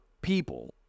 people